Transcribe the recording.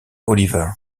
oliver